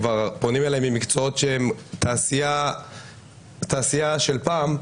פונים אליי ממקצועות שהם תעשייה של פעם,